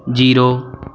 zero